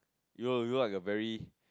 you you look like a very